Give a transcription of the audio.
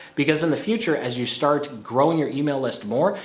because in the future as you start growing your email list more,